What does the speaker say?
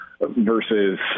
versus